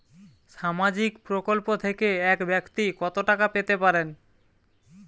সামাজিক প্রকল্প থেকে এক ব্যাক্তি কত টাকা পেতে পারেন?